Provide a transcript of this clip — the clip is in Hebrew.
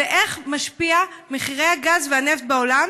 ואיך משפיעים מחירי הגז והנפט בעולם